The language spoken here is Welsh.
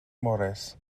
morris